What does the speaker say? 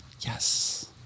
Yes